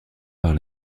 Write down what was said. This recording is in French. par